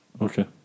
Okay